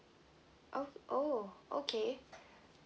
oh oh okay